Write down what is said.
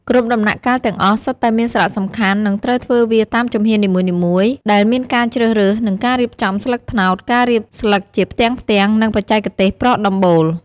គ្រប់ដំណាក់កាលទាំងអស់សុទ្ធតែមានសារៈសំខាន់និងត្រូវធ្វើវាតាមជំហាននីមួយៗដែលមានការជ្រើសរើស និងការរៀបចំស្លឹកត្នោត ការរៀបស្លឹកជាផ្ទាំងៗ និងបច្ចេកទេសប្រក់ដំបូល។